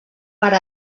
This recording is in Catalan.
per